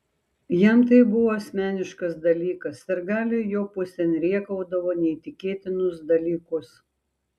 jam tai buvo asmeniškas dalykas sirgaliai jo pusėn rėkaudavo neįtikėtinus dalykus